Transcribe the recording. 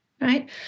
right